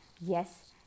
Yes